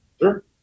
Sure